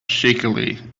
shakily